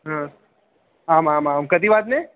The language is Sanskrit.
आमामां कियत् वादने